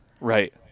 Right